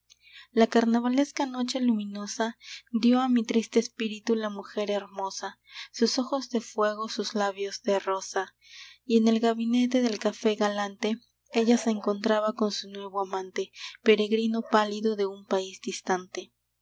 la carnavalesca noche luminosa dió a mi triste espíritu la mujer hermosa sus ojos de fuego sus labios de rosa y en el gabinete del café galante ella se encontraba con su nuevo amante peregrino pálido de un país distante